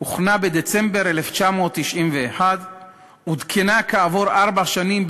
הוכנה בדצמבר 1991 ועודכנה כעבור ארבע שנים,